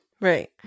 right